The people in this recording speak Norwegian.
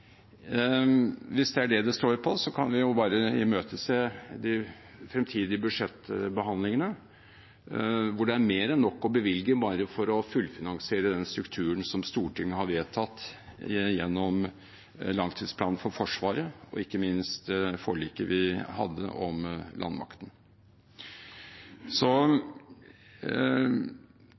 Hvis det er det det står på, kan vi jo bare imøtese de fremtidige budsjettbehandlingene, hvor det er mer enn nok å bevilge bare for å fullfinansiere denne strukturen som Stortinget har vedtatt gjennom langtidsplanen for Forsvaret, og ikke minst forliket vi hadde om landmakten.